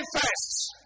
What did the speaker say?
first